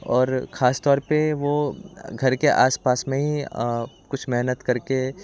और खासतौर पे वो घर के आसपास में ही कुछ मेहनत करके